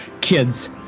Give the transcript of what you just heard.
Kids